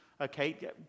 Okay